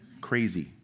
crazy